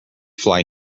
fly